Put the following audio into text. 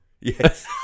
yes